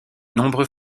nombreux